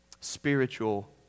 Spiritual